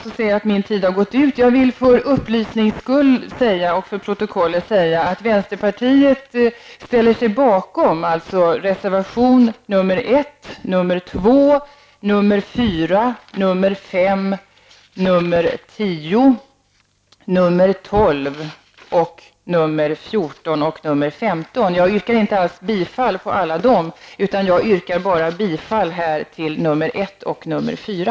Jag ser att min taletid har gått ut. För protokollet vill jag säga att vänsterpartiet ställer sig bakom reservationerna 1, 2, 4, 5, 10, 12, 14 och 15. Jag yrkar inte alls bifall till alla dem, utan jag yrkar här bara bifall till reservationerna 1 och 4.